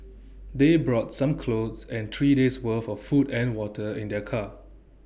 they brought some clothes and three days' worth of food and water in their car